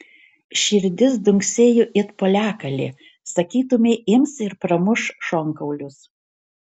širdis dunksėjo it poliakalė sakytumei ims ir pramuš šonkaulius